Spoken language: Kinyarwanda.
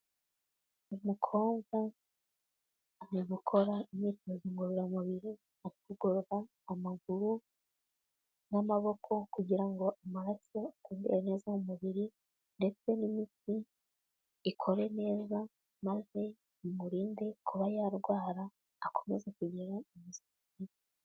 Umukobwa, ari gukora imyitozo ngororamubiri, ari kugorora amaguru n'amaboko kugira ngo amaraso atembere neza mu mubiri ndetse n'imitsi ikore neza, maze bimurinde kuba yarwara akomeza kugira ubuzima bwiza.